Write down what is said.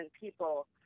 people